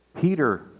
Peter